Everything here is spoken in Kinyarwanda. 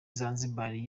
zanzibar